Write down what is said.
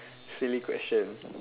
silly question